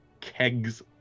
kegs